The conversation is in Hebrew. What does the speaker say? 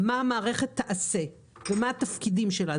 מה המערכת תעשה ומה התפקידים שלה.